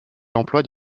l’emploi